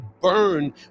burn